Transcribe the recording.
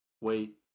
Wait